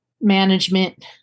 management